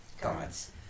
gods